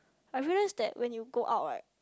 I realise that when you go out right